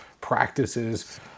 practices